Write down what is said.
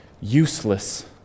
useless